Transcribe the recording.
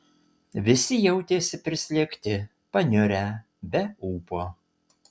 visi jautėsi prislėgti paniurę be ūpo